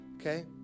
Okay